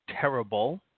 terrible